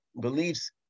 beliefs